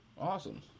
awesome